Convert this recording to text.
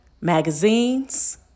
magazines